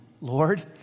Lord